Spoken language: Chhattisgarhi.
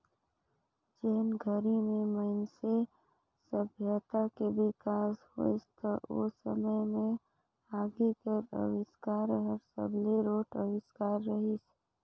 जेन घरी में मइनसे सभ्यता के बिकास होइस त ओ समे में आगी कर अबिस्कार हर सबले रोंट अविस्कार रहीस